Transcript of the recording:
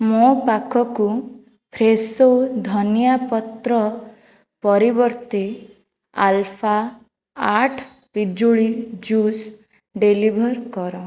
ମୋ ପାଖକୁ ଫ୍ରେଶୋ ଧନିଆପତ୍ର ପରିବର୍ତ୍ତେ ଆଲଫା ଆଠ ପିଜୁଳି ଜୁସ୍ ଡେଲିଭର୍ କର